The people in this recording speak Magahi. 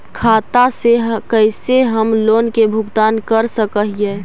खाता से कैसे हम लोन के भुगतान कर सक हिय?